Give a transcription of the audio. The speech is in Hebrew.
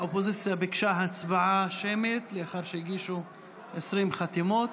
האופוזיציה ביקשה הצבעה שמית לאחר שהגישה 20 חתימות.